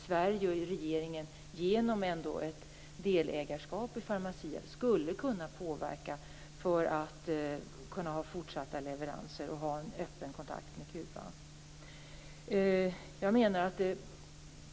Sverige och regeringen genom ett delägarskap i Pharmacia skulle kunna påverka för att möjliggöra fortsatta leveranser och en öppen kontakt med Kuba.